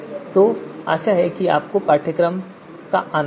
तो आशा है कि आपने पाठ्यक्रम का आनंद लिया